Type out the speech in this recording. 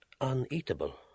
Uneatable